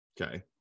okay